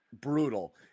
brutal